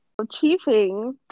Chiefing